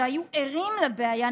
שהיו ערים לבעיה,